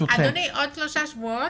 אדוני, עוד שלושה שבועות?